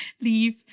leave